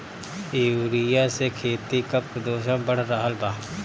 urea से खेती क प्रदूषण बढ़ रहल बा